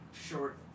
short